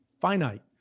finite